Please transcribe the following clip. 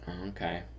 Okay